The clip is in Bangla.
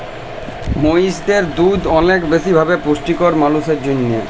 মহিষের দুহুদ অলেক বেশি ভাবে পুষ্টিকর মালুসের জ্যনহে